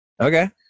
Okay